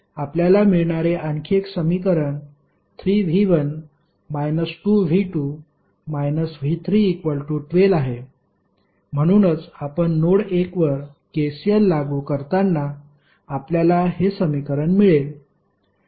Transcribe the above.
आपल्याला मिळणारे आणखी एक समीकरण 3V1 2V2 V312 आहे म्हणूनच आपण नोड 1 वर KCL लागू करताना आपल्याला हे समीकरण मिळेल